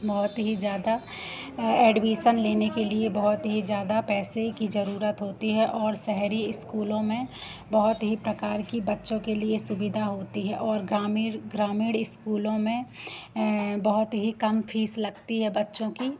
बहुत ही ज़्यादा एडवीसन लेने के लिए बहुत ही ज़्यादा पैसे की ज़रूरत होती है और शहरी स्कूलों में बहुत ही प्रकार की बच्चों के लिए सुविधा होती है और ग्रामीर ग्रामीण स्कूलों में बहुत ही कम फीस लगती है बच्चों की